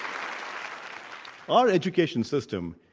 um our education system,